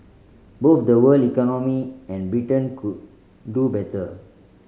both the world economy and Britain could do better